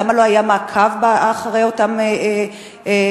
למה לא היה מעקב אחר אותם פדופילים,